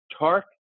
Tark